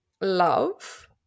love